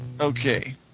Okay